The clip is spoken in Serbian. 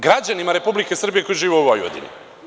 Građanima Republike Srbije koji žive u Vojvodini.